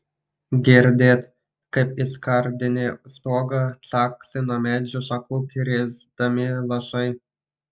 girdėt kaip į skardinį stogą caksi nuo medžių šakų krisdami lašai